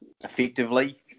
effectively